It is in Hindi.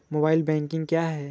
मोबाइल बैंकिंग क्या है?